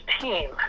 team